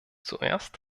zuerst